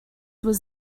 was